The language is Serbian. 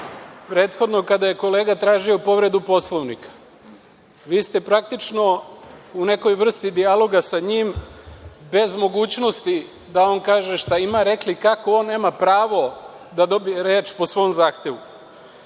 103.Prethodno kada je kolega tražio povredu Poslovnika, vi ste praktično u nekoj vrsti dijaloga sa njim bez mogućnosti da on kaže šta ima, rekli kako on nema pravo da dobije reč po svom zahtevu. Član